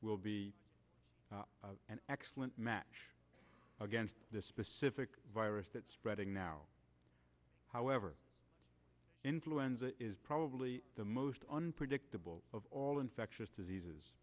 be an excellent match against the specific virus that breading now however influenza is probably the most unpredictable of all infectious diseases